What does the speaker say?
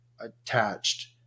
attached